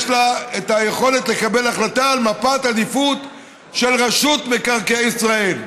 יש לה את היכולת לקבל החלטה על מפת עדיפות של רשות מקרקעי ישראל.